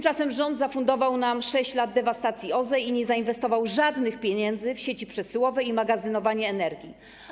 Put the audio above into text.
Rząd zafundował nam 6 lat dewastacji OZE i nie zainwestował żadnych pieniędzy w sieci przesyłowe ani w magazynowanie energii.